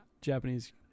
Japanese